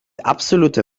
absoluter